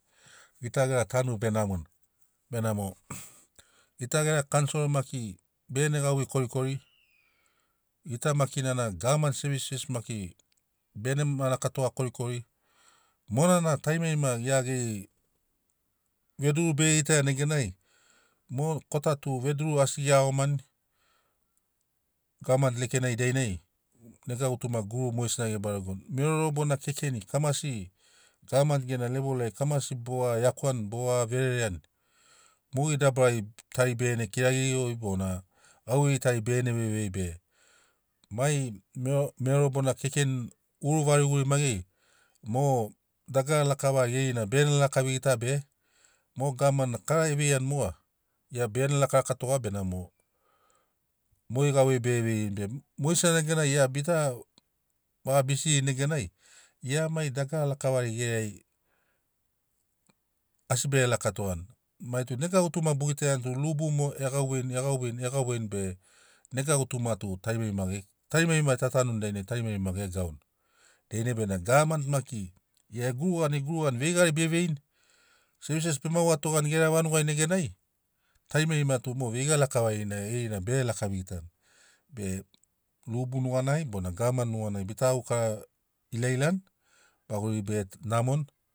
Gita gera tanu be namoni benamo gita gera kansoro maki begene gauvei korikori gita maki nan a gavani sevises maki bene ma lakatoga korikori monana tarimarima gia geri veduru bege gitaiani neganai mo kota tu veduru asi ge iagomani gavani lekenai dainai nega gutuma guru mogesina ge baregoni mero bona kekeni kamasi gavamani gena levol ai kamasi bo vaga iakuani bo vaga verereani mogeri dabarari tari begene kiragiri goi bona gauvei tari begene vevei be mai mero bona kekeni guru variguri maigeri mo dagara lakavari geri na be gene laka vigita be mo gavani na kara e veiani moga gia begene lakalaka toga benamo mogeri gauveiri bege veirini be mogesina neganai gia bita vaga bisirini neganai gia mai dagara lakavari geri ai asi bege laka togani mai tu nega gutuma bo gitaiani tu lubu mo e gauveini e gauveini e gauveini be nega gutuma tu tarimarima ge tarimarima ta tanuni dainai tarimarima ge gauni dainai benamo gavamani maki gia e gurugani e gurugani veigari be veini sevises bema watogani gera vanugai neganai tarimarima tu mo veiga lakavarina gerina bege laka vegitani be lubu nuganai bona gavamani nuganai bita gaukara ilailani maguri bege namoni.